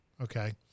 Okay